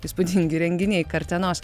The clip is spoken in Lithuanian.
įspūdingi renginiai kartenos